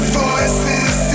voices